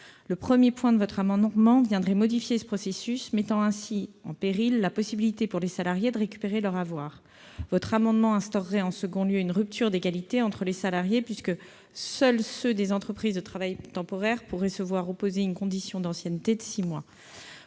Le premier point de l'amendement viendrait modifier ce processus, mettant ainsi en péril la possibilité pour les salariés de récupérer leur avoir. Il instaurerait, en second lieu, une rupture d'égalité entre les salariés, puisque seuls ceux des entreprises de travail temporaire pourraient se voir opposer une condition d'ancienneté de six mois.